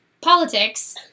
politics